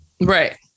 Right